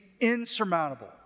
insurmountable